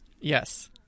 yes